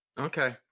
Okay